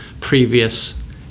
previous